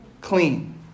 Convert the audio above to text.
clean